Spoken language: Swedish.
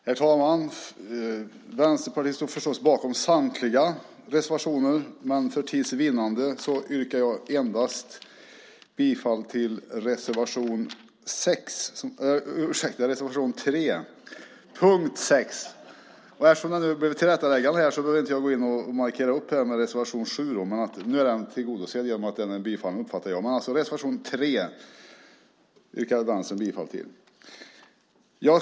Herr talman! Vänsterpartiet står förstås bakom samtliga reservationer, men för tids vinnande yrkar jag bifall endast till reservation 3 under punkt 6. Jag behöver inte markera reservation 7, för den är tillgodosedd genom att Claes-Göran Brandin har yrkat bifall till den.